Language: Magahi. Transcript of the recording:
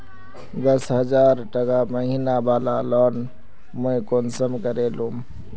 दस हजार टका महीना बला लोन मुई कुंसम करे लूम?